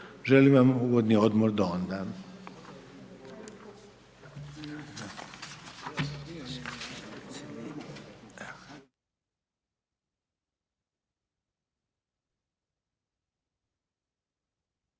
Želim vam ugodni odmor do onda.